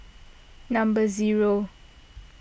number zero